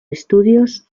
estudios